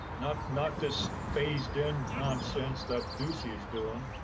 not not this phased in nonsense that ducey is doing.